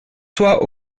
toi